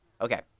Okay